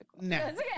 No